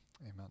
Amen